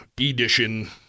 edition